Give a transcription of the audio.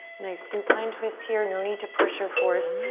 nice supine twist here. no need to push or force,